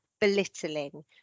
belittling